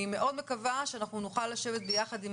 אני מאוד מקווה שאנחנו נוכל לשבת ביחד עם